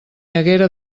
haguera